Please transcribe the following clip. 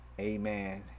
Amen